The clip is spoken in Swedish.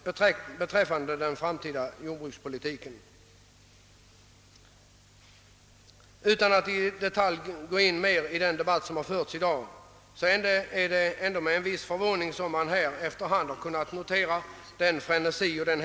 Jag har med detta velat säga att en stimulans för att bryta ut animalieproduktionen från det verkliga jordbruket kan ge helt andra resultat än vad som avsetts, om man tar hänsyn till hela livsmedelsproduktionen.